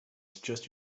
suggest